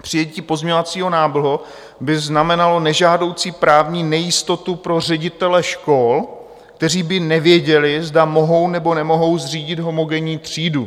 Přijetí pozměňovacího návrhu by znamenalo nežádoucí právní nejistotu pro ředitele škol, kteří by nevěděli, zda mohou, nebo nemohou zřídit homogenní třídu.